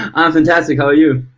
um fantastic. how are you?